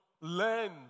learn